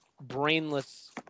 brainless